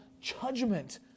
judgment